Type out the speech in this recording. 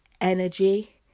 energy